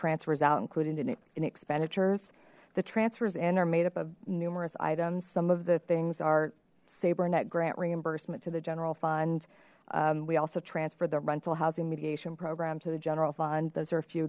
transfers out included in expenditures the transfers in are made up of numerous items some of the things are saber net grant reimbursement to the general fund we also transfer the rental housing mediation program to the general fund those are a few